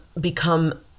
become